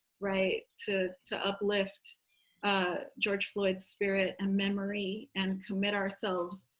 right. to to uplift ah george floyd's spirit and memory, and commit ourselves